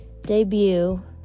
debut